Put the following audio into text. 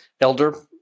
Elder